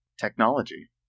technology